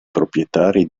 proprietari